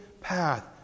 path